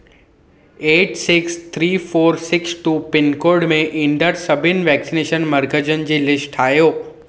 eight six three four six two pin code में ईंदड़ सभिनि वैक्सनेशन मर्कज़नि जी लिस्ट ठाहियो